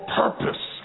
purpose